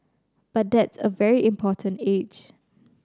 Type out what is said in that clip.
but that's a very important age